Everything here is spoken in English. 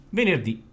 venerdì